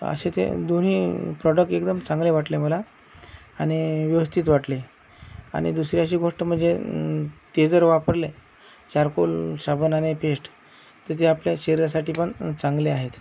असे ते दोन्ही प्रॉडक्ट एकदम चांगले वाटले मला आणि व्यवस्थित वाटले आणि दुसरी अशी गोष्ट म्हणजे ते जर वापरले चारकोल साबण आणि पेस्ट तर ती आपल्या शरीरासाठी पण चांगले आहेत